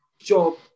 job